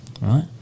right